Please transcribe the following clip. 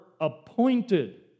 appointed